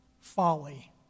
folly